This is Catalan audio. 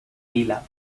vila